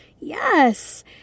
Yes